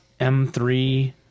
M3